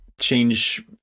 change